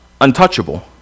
untouchable